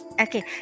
Okay